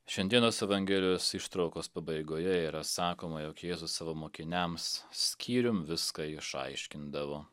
šiandienos evangelijos ištraukos pabaigoje yra sakoma jog jėzus savo mokiniams skyrium viską išaiškindavo